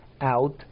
out